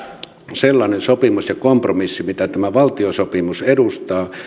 sellainen sopimus ja kompromissi mitä tämä valtiosopimus edustaa